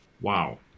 Wow